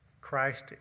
Christ